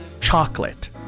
chocolate